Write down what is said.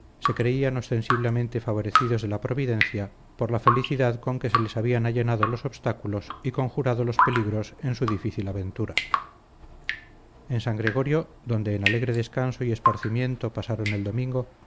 se creían ostensiblemente favorecidos de la providencia por la felicidad con que se les habían allanado los obstáculos y conjurado los peligros en su difícil aventura en san gregorio donde en alegre descanso y esparcimiento pasaron el domingo